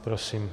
Prosím.